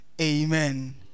Amen